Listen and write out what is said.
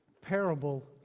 parable